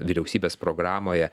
vyriausybės programoje